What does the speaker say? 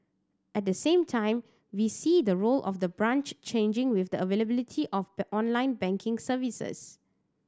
at the same time we see the role of the branch changing with the availability of the online banking services